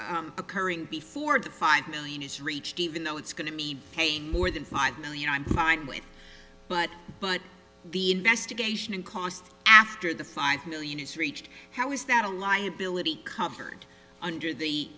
costs occurring before the five million is reached even though it's going to be more than five million i'm fine with but but the investigation cost after the five million is reached how is that a liability covered under the